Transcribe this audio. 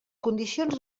condicions